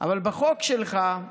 אבל בחוק שלך,